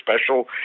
special